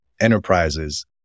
enterprises